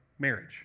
marriage